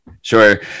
Sure